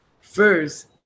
first